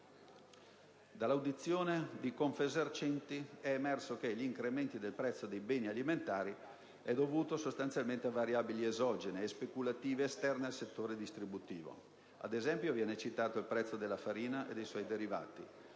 Dall'audizione di Confesercenti è emerso che gli incrementi del prezzo dei beni alimentari sono dovuti sostanzialmente a variabili esogene e speculative esterne al settore distributivo. Ad esempio, viene citato il prezzo della farina e dei suoi derivati.